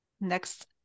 next